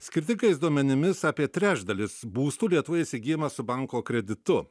skirtingais duomenimis apie trečdalis būstų lietuvoje įsigyjama su banko kreditu